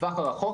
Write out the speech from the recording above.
בטווח הרחוק.